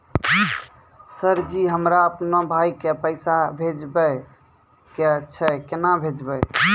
Sir जी हमरा अपनो भाई के पैसा भेजबे के छै, केना भेजबे?